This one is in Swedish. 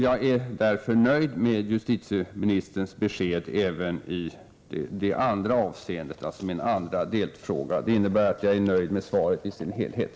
Jag är därför nöjd med justitieministerns besked även i avseende på den andra delfrågan. Det innebär att jag är nöjd med svaret i dess helhet.